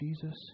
Jesus